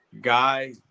guy